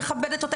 ומכבדת אותה,